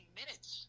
minutes